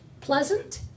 pleasant